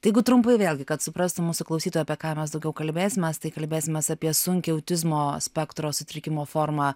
tai jeigu trumpai vėlgi kad suprastų mūsų klausytojai apie ką mes daugiau kalbėsimės tai kalbėsimės apie sunkią autizmo spektro sutrikimo formą